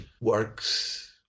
works